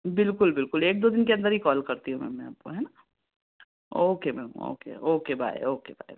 बिल्कुल बिल्कुल एक दो दिन के अंदर ही कॉल करती हूँ मैम मैं आपको है न okay ma'am okay okay bye okay bye